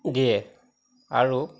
দিয়ে আৰু